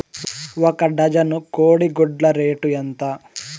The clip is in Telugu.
ఒక డజను కోడి గుడ్ల రేటు ఎంత?